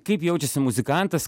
kaip jaučiasi muzikantas